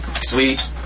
Sweet